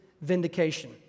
vindication